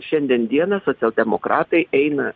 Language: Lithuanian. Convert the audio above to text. šiandien dieną socialdemokratai eina